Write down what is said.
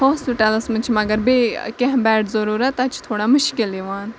ہوسپِٹَلَس منٛز چھِ مگر بیٚیہِ کینٛہہ بٮ۪ڈ ضٔروٗرت تَتہِ چھِ تھوڑا مُشکل یِوان